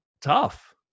tough